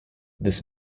this